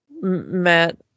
Matt